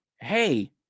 hey